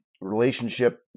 relationship